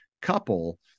couple